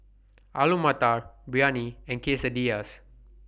Alu Matar Biryani and Quesadillas